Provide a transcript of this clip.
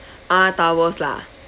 ah towels lah